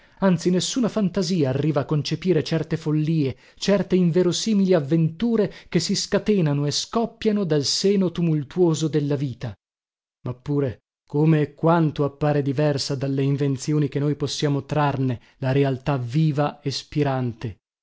anzi nessuna fantasia arriva a concepire certe follie certe inverosimili avventure che si scatenano e scoppiano dal seno tumultuoso della vita ma pure come e quanto appare diversa dalle invenzioni che noi possiamo trarne la realtà viva e spirante